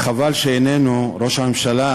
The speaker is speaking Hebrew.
וחבל שראש הממשלה